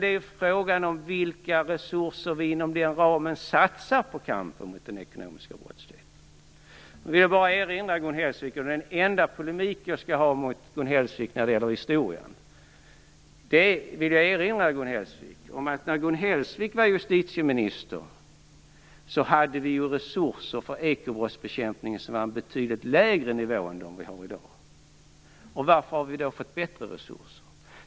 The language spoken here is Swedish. Det är fråga om vilka resurser som man inom den ramen satsar på bekämpning av den ekonomiska brottsligheten. Jag vill bara erinra Gun Hellsvik - och det är den enda polemik som jag skall föra med henne när det gäller historien - om att när Gun Hellsvik var justitieminister var resurserna för ekobrottsbekämpning på en betydligt lägre nivå än vad de är i dag. Och varför har vi då fått bättre resurser?